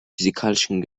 physikalischen